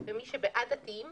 שמי שבעד דתיים